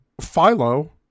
Philo